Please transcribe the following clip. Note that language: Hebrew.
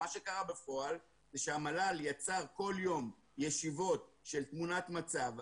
מה שקרה בפועל זה שהמל"ל יצר כול יום ישיבות של תמונת מצב,